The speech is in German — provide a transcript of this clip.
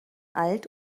alt